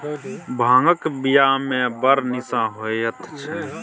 भांगक बियामे बड़ निशा होएत छै